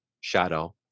shadow